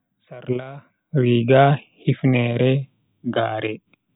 Sarla, Riga, Hifneere, gaare.